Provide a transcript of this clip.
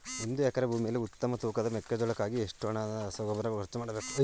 ಒಂದು ಎಕರೆ ಭೂಮಿಯಲ್ಲಿ ಉತ್ತಮ ತೂಕದ ಮೆಕ್ಕೆಜೋಳಕ್ಕಾಗಿ ಎಷ್ಟು ಹಣದ ರಸಗೊಬ್ಬರ ಖರ್ಚು ಮಾಡಬೇಕು?